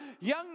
young